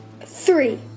Three